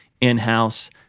in-house